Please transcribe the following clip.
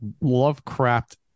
Lovecraft